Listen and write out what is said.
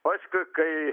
o aš kai